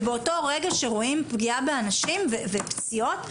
ובאותו רגע שרואים פגיעה באנשים ופציעות,